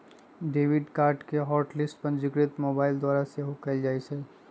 debit card के hot list पंजीकृत mobile द्वारा सेहो कएल जाइ छै